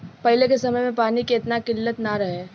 पहिले के समय में पानी के एतना किल्लत ना रहे